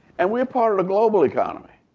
and we're part of the global economy.